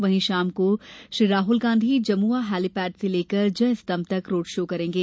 वहीं शाम को राहुल गांधी जमुआ हेलीपैड से लेकर जय स्तम्म तक रोड शो करेंगे